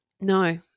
No